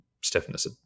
stiffness